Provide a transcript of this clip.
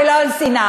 ולא על שנאה.